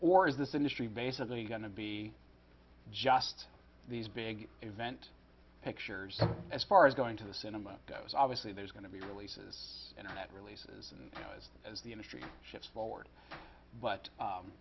or is this industry basically going to be just these big event pictures as far as going to the cinema those obviously there's going to be releases internet releases and as the industry ships forward but